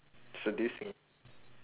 seducing